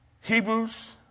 Hebrews